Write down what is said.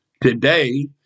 today